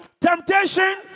temptation